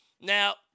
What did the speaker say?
Now